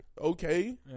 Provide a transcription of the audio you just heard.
Okay